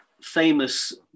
famous